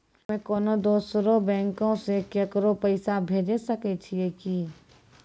हम्मे कोनो दोसरो बैंको से केकरो पैसा भेजै सकै छियै कि?